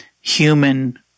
human